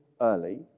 early